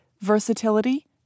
versatility